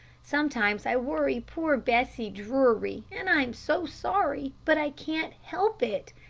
sometimes i worry poor bessie drury, and i'm so sorry, but i can't help it.